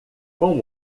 com